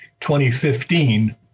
2015